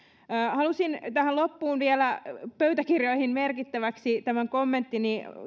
halusin tähän loppuun vielä pöytäkirjoihin merkittäväksi tämän kommenttini